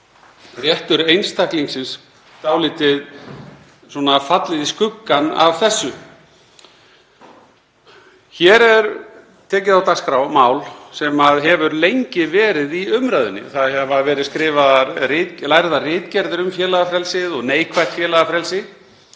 réttur einstaklingsins hefur dálítið fallið í skuggann af þessu. Hér er tekið á dagskrá mál sem hefur lengi verið í umræðunni. Það hafa verið skrifaðar lærðar ritgerðir um félagafrelsið og neikvætt félagafrelsi